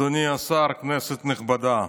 אדוני השר, כנסת נכבדה,